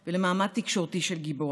מממשלת צרפת ולמעמד תקשורתי של גיבורה.